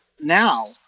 now